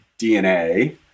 DNA